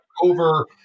over